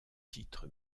titre